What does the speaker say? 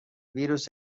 ویروس